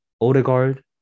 Odegaard